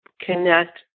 connect